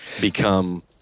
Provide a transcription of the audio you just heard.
become